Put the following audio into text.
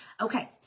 Okay